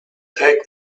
take